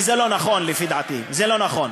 וזה לא נכון, לפי דעתי, זה לא נכון.